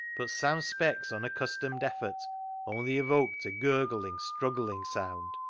but sam speck's unaccustomed effort only evoked a gurgling, struggling sound.